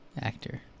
actor